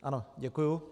Ano, děkuji.